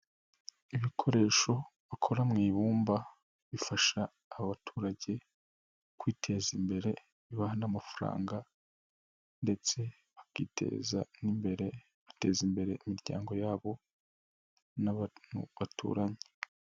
Ibikoresho bakora mu ibumba bifasha abaturage kwiteza imbere, bibaha n'amafaranga ndetse bakiteza n'imbere, bateza imbere imiryango yabo n'abantu baturanye.